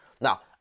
Now